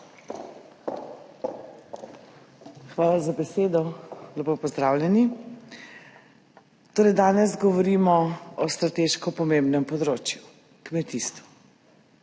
Hvala za besedo. Lepo pozdravljeni. Torej, danes govorimo o strateško pomembnem področju kmetijstvu.